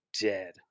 dead